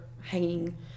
hanging